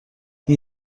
این